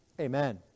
Amen